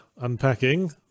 unpacking